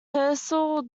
pearsall